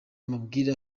amabwire